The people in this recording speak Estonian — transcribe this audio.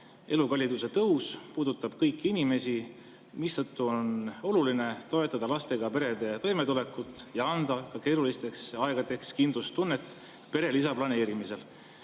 "Elukalliduse tõus puudutab kõiki inimesi, mistõttu on oluline toetada lastega perede toimetulekut ja anda ka keerulisteks aegadeks kindlustunnet perelisa planeerimisel."